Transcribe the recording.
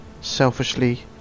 selfishly